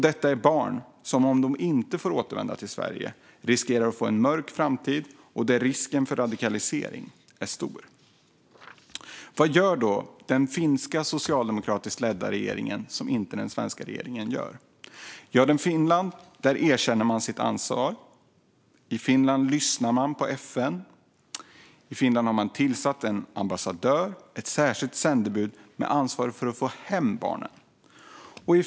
Detta är barn som om de inte får återvända till Sverige riskerar att få en mörk framtid där risken för radikalisering är stor. Vad gör då den finska socialdemokratiskt ledda regeringen som inte den svenska regeringen gör? Jo, Finland erkänner sitt ansvar. Finland lyssnar på FN. Finland har tillsatt en ambassadör, ett särskilt sändebud, med ansvar för att få hem barnen.